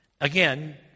again